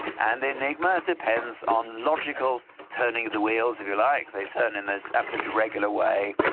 and the enigma depends on logical turning of the wheels, if you like, they turn in this absolutely regular way.